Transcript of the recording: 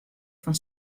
fan